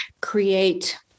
create